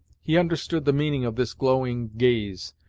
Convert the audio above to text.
he understood the meaning of this glowing gaze,